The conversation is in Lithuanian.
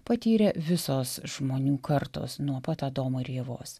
patyrė visos žmonių kartos nuo pat adomo ir ievos